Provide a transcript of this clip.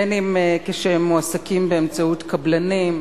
אם כשהם מועסקים באמצעות קבלנים,